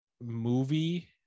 movie